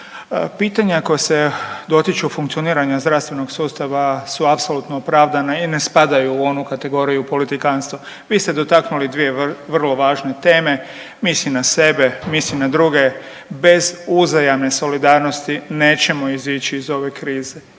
pitanja koja se dotiču funkcioniranja zdravstvenog sustava su apsolutno opravdana i ne spadaju u onu kategoriju politikantstva. Vi ste dotaknuli dvije vrlo važne teme, misli na sebe, misli na druge, bez uzajamne solidarnosti nećemo izići iz ove krize.